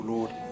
Lord